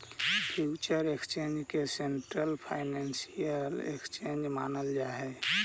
future exchange के central financial exchange मानल जा हइ